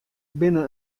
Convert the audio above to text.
binne